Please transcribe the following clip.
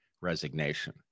resignation